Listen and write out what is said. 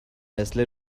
مثل